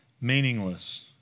meaningless